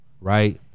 right